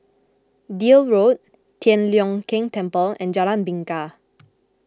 Deal Road Tian Leong Keng Temple and Jalan Bingka